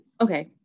Okay